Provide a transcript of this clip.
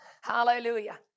hallelujah